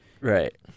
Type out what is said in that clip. Right